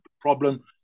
problem